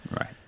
right